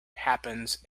happens